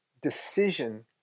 decision